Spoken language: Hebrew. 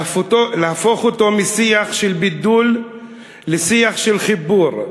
להפוך אותו משיח של בידול לשיח של חיבור,